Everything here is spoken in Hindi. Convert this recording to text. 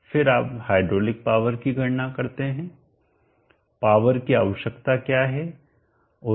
फिर आप हाइड्रोलिक पावर की गणना करते हैं पावर की आवश्यकता क्या है